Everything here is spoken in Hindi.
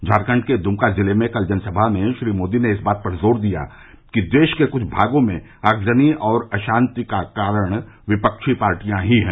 झारखंड के दुमका जिले में कल जनसभा में श्री मोदी ने इस बात पर जोर दिया कि देश के कुछ भागों में आगजनी और अशांति का कारण विपक्षी पार्टियां ही हैं